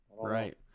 Right